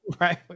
Right